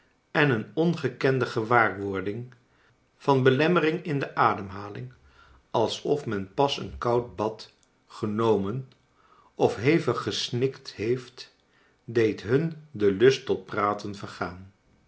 en een ongekende gewaarwording van belemmering in de ademhaling alsof men pas een koud bad genomen of hevig gesnikt heeft deed hun den lust tot praten vergaan